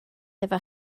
hefo